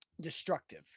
Destructive